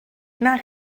nac